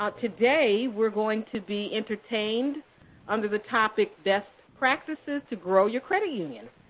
ah today we're going to be entertained under the topic best practices to grow your credit union.